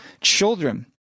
children